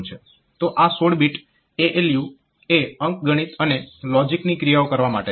તો આ 16 bit ALU એ અંકગણિત અને લોજીકની ક્રિયાઓ કરવા માટે છે